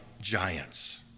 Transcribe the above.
giants